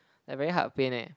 like very heart pain eh